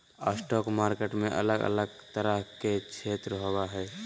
stock market में अलग अलग तरह के क्षेत्र होबो हइ